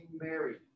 married